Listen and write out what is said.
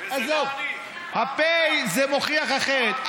עזוב, הפ' מוכיח אחרת.